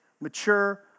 mature